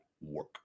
work